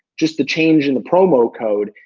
just the change in the promo code.